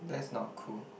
that's not cool